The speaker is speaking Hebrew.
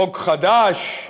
חוק חדש.